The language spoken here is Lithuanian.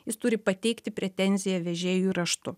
jis turi pateikti pretenziją vežėjui raštu